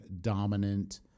dominant